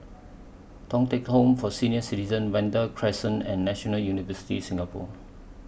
Thong Teck Home For Senior Citizens Vanda Crescent and National University Singapore